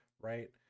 Right